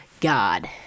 God